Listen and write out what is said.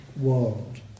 world